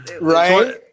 Right